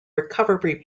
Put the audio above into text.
recovery